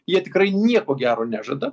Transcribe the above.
jie tikrai nieko gero nežada